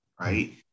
right